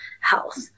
health